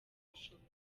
gushoboka